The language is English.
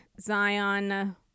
Zion